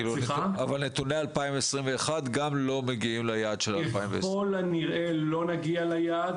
נתוני 2021 גם לא מגיעים ליעד של 2020. ככל הנראה לא נגיע ליעד,